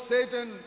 Satan